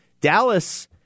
Dallas